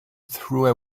through